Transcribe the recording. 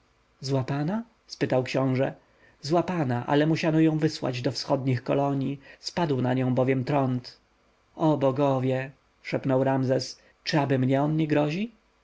fenicjankę złapana spytał książę złapana ale musiano ją wysłać do wschodnich kolonij spadł bowiem na nią trąd o bogowie szepnął ramzes czy aby mnie on nie grozi